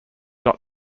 not